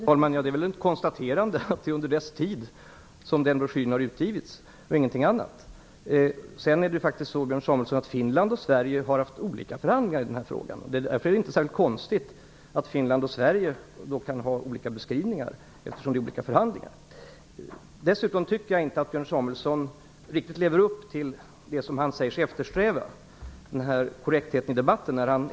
Fru talman! Det är väl ett konstaterande när man säger att det var under den gamla regeringens tid som broschyren utgivits, ingenting annat. Sverige haft olika förhandlingar i denna fråga. Det är därför inte särskilt konstigt att Finland och Sverige kan ha olika beskrivningar; det är ju olika förhandlingar. Jag tycker inte heller att Björn Samuelson riktigt lever upp till det som han säger sig vilja eftersträva, nämligen korrekthet i debatten.